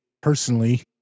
personally